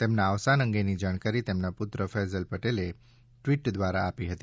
તેમના અવસાન અંગેની જાણકારી તેમના પુત્ર ફેસલ પટેલ ટ્વીટ દ્વારા આપી હતી